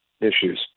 issues